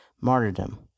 martyrdom